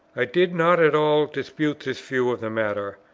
i did not at all dispute this view of the matter,